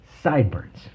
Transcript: sideburns